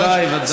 בוודאי, בוודאי.